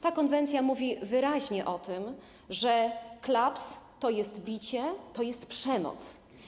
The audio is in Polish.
Ta konwencja mówi wyraźnie o tym, że klaps to jest bicie, to jest przemoc.